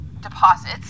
deposits